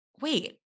wait